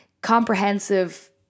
comprehensive